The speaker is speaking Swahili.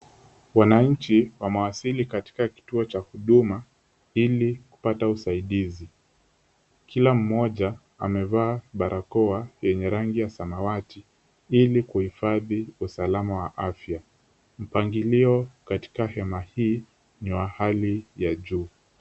Wananchi wamewasili katika kituo cha huduma ili kupata usaidizi, kila mmoja amevaa barakoa yenye rangi ya samawati ili kuhifadhi usalama wa afya, mpangilio katika hema hii ni wa hali ya juu.